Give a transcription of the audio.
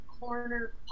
corner